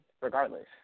regardless